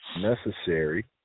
necessary